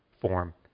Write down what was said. form